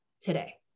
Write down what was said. today